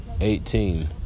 Eighteen